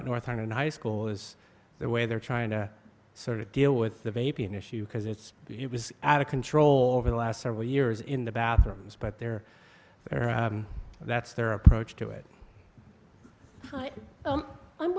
north end of high school is the way they're trying to sort of deal with the baby an issue because it's it was out of control over the last several years in the bathrooms but there are that's their approach to it but i'm